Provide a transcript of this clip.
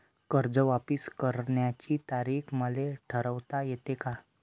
कर्ज वापिस करण्याची तारीख मले ठरवता येते का?